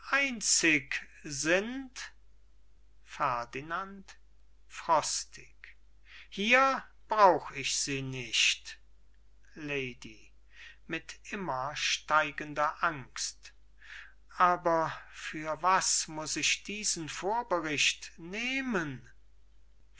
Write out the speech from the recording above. einzig sind ferdinand frostig hier brauch ich sie nicht lady mit immer steigender angst aber für was muß ich diesen vorbericht nehmen